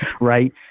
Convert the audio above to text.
Right